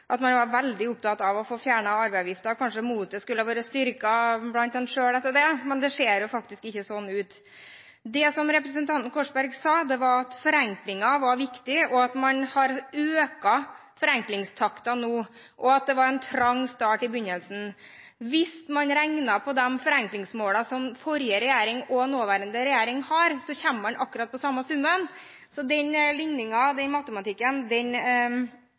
man var veldig opptatt av å få fjernet arveavgiften. Kanskje motet skulle ha blitt styrket etter det, men det ser faktisk ikke sånn ut. Det som representanten Korsberg sa, var at forenklingen var viktig, at man nå har økt forenklingstakten, og at det var en trang start i begynnelsen. Hvis man regner på de forenklingsmålene som forrige regjering og nåværende regjering har, kommer man til akkurat samme summen. Så den ligningen og den matematikken